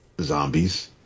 zombies